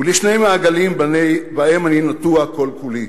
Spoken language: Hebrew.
ולשני מעגלים שבהם אני נטוע כל-כולי,